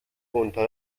unter